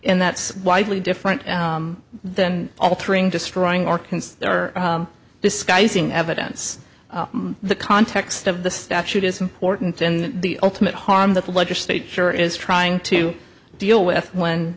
and that's widely different then altering destroying or can this guy using evidence the context of the statute is important in the ultimate harm that the legislature is trying to deal with when